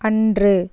அன்று